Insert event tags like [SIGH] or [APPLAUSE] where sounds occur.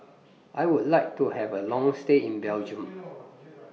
I Would like to Have A Long stay in Belgium [NOISE]